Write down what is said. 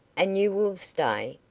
and you will stay,